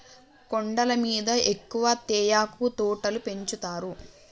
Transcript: కొండల మీద ఎక్కువ తేయాకు తోటలు పెంచుతారు